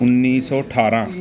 ਉੱਨੀ ਸੌ ਅਠਾਰਾਂ